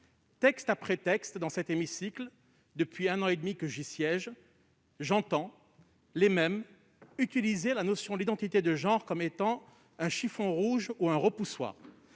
Texte après texte, dans cet hémicycle, depuis un an et demi que j'y siège, j'entends les mêmes utiliser inlassablement la notion d'identité de genre comme un chiffon rouge ou un repoussoir.